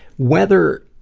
whether,